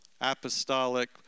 apostolic